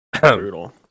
brutal